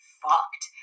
fucked